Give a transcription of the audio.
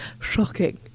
Shocking